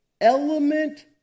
element